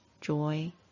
joy